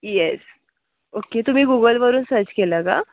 yes okay तुम्ही गुगलवरून search केलं का